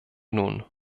nun